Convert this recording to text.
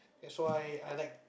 that's why I like